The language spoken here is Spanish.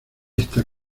esta